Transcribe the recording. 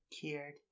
Cured